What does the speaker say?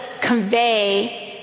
convey